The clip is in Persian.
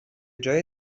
جای